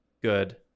Good